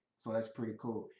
so that's pretty cool.